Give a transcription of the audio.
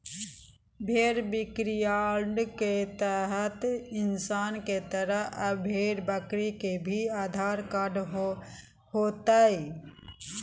भेड़ बिक्रीयार्ड के तहत इंसान के तरह अब भेड़ बकरी के भी आधार कार्ड होतय